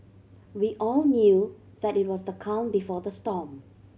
we all knew that it was the calm before the storm